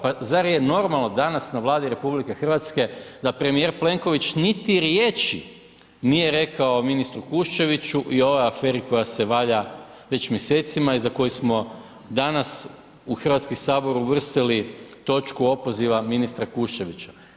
Pa zar je normalno danas na Vladi RH da premijer Plenković niti riječi nije rekao ministru Kuščeviću i ovoj aferi koja se valja već mjesecima i za koju smo danas u HS uvrstili točku opoziva ministra Kuščevića.